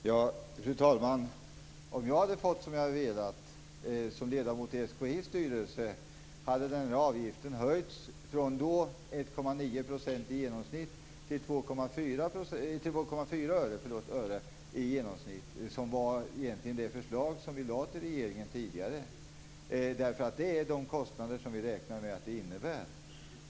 Fru talman! Om jag hade fått som jag velat som ledamot i SKI:s styrelse hade denna avgift höjts från 1,9 öre till 2,4 öre i genomsnitt, vilket egentligen var det förslag som vi gav regeringen tidigare. Det är de kostnader som vi räknar med att det innebär.